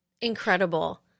incredible